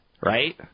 right